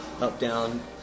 Up-Down